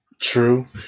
true